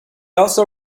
also